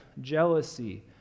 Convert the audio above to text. jealousy